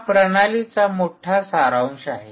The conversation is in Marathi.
हा प्रणालीचा मोठा सारांश आहे